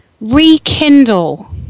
rekindle